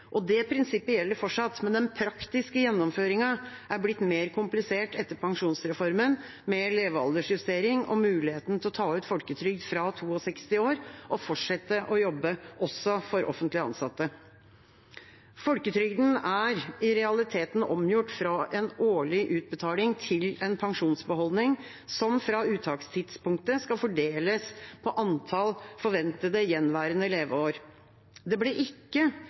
Det prinsippet gjelder fortsatt, men den praktiske gjennomføringen er blitt mer komplisert etter pensjonsreformen, med levealdersjustering og muligheten til å ta ut folketrygd fra 62 år og fortsette å jobbe, også for offentlig ansatte. Folketrygden er i realiteten omgjort fra en årlig utbetaling til en pensjonsbeholdning som fra uttakstidspunktet skal fordeles på antall forventede gjenværende leveår. Det ble ikke